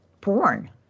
porn